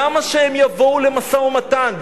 למה שהם יבואו למשא-ומתן,